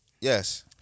Yes